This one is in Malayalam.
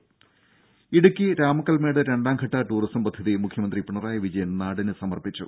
ദേഴ ഇടുക്കി രാമക്കൽമേട് രണ്ടാംഘട്ട ടൂറിസം പദ്ധതി മുഖ്യമന്ത്രി പിണറായി വിജയൻ നാടിന് സമർപ്പിച്ചു